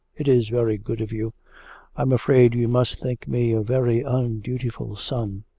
it is very good of you i am afraid you must think me a very undutiful son.